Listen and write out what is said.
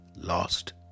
lost